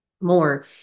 more